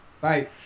Bye